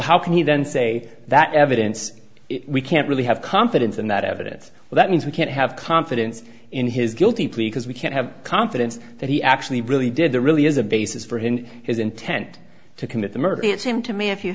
how can he then say that evidence we can't really have confidence in that evidence well that means we can't have confidence in his guilty plea because we can't have confidence that he actually really did there really is a basis for him in his intent to commit the murder it seemed to me if you